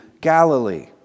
Galilee